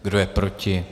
Kdo je proti?